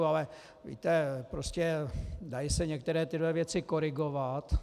Ale víte, dají se některé tyhle věci korigovat.